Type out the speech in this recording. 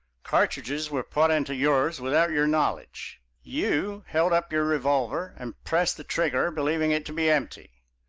cartridges were put into yours without your knowledge. you held up your revolver and pressed the trigger, believing it to be empty.